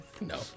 No